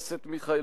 בחוץ.